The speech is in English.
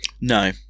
No